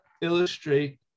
illustrate